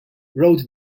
wrote